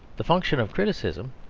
the function of criticism,